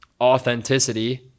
authenticity